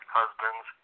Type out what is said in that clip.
husbands